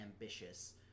ambitious